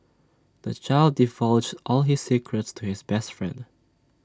the child divulged all his secrets to his best friend